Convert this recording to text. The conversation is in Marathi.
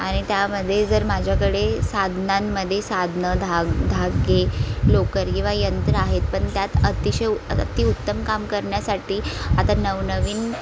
आणि त्यामध्ये जर माझ्याकडे साधनांमध्ये साधनं धाग धागे लोकर किंवा यंत्र आहेत पण त्यात अतिशय अत अतिउत्तम काम करण्यासाठी आता नवनवीन